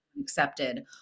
accepted